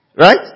Right